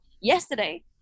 yesterday